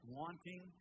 wanting